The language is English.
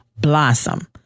blossom